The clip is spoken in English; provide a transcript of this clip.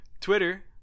Twitter